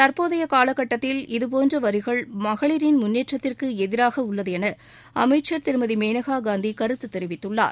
தற்போதைய காலக்கட்டத்தில் இதபோன்ற வரிகள் மகளிரின் முன்னேற்றத்திற்கு எதிராக உள்ளது என அமைச்சர் திருமதி மேனகாகாந்தி கருத்து தெரிவித்துள்ளார்